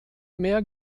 mehr